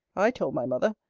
i told my mother,